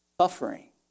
Suffering